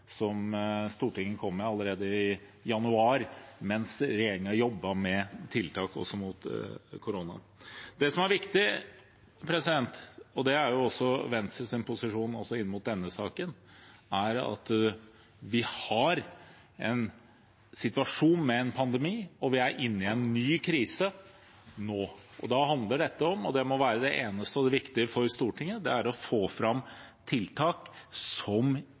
som er viktig, og det er også Venstres posisjon i denne saken, er at vi har en situasjon med en pandemi, og vi er inne i en ny krise nå. Da handler dette om, og det må være det eneste og det viktige for Stortinget, å få fram tiltak som